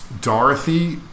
Dorothy